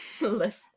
list